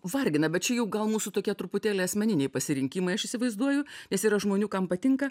vargina bet čia jau gal mūsų tokie truputėlį asmeniniai pasirinkimai aš įsivaizduoju nes yra žmonių kam patinka